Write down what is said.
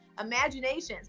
imaginations